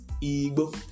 ego